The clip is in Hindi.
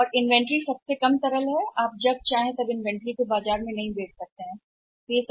और इन्वेंट्री कम से कम तरल है जब आप बाजार में इन्वेंट्री नहीं बेच सकते हैं चाहता था